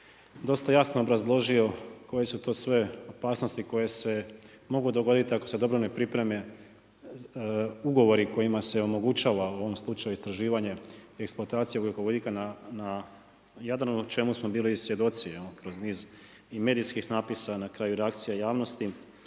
dosta jasno obrazložio koje su to sve opasnosti koje se mogu dogoditi ako se dobro ne pripreme ugovori kojima se omogućava u ovom slučaju istraživanje i eksploatacija ugljikovodika na Jadranu čemu smo bili svjedoci kroz i medijskih napisa, na kraju i reakcija javnosti,